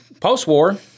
post-war